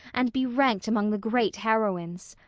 and be ranked among the great heroines.